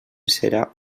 serà